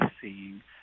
seeing